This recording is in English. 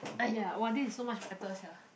!aiya! !wah! this is so much better sia